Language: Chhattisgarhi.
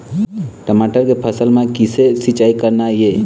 टमाटर के फसल म किसे सिचाई करना ये?